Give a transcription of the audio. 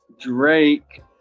Drake